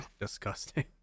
Disgusting